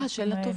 אה, שאלה טובה.